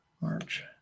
March